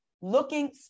looking